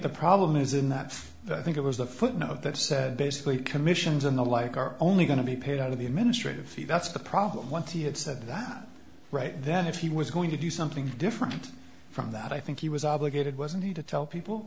the problem is in that i think it was a footnote that said basically commissions and the like are only going to be paid out of the ministry of you that's the problem what he had said that right that if he was going to do something different from that i think he was obligated wasn't he to tell people